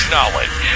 Knowledge